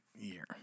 year